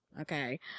Okay